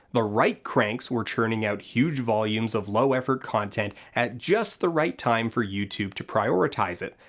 the right cranks were churning out huge volumes of low-effort content at just the right time for youtube to prioritize it,